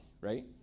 right